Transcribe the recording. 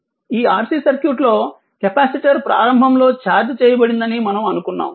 ఈ RC సర్క్యూట్లో capacitor ప్రారంభంలో ఛార్జ్ చేయబడిందని మనము అనుకున్నాము